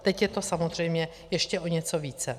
Teď je to samozřejmě ještě o něco více.